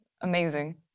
amazing